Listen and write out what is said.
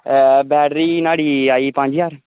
battery न्हाड़ी आई पंज ज्हार